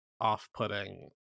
off-putting